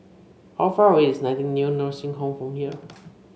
how far away is Nightingale Nursing Home from here